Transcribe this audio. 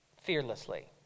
fearlessly